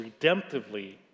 redemptively